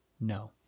no